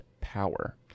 power